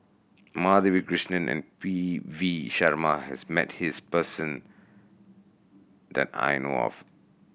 Madhavi Krishnan and P V Sharma has met this person that I know of